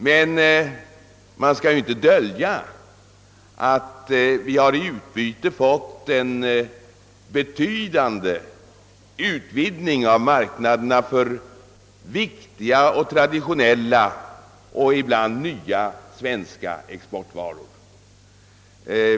Men man skall ju inte dölja att vi i utbyte har fått en betydande utvidgning av marknaderna för viktiga och traditionella och ibland nya svenska exportvaror.